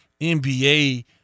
nba